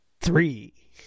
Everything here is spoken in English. Three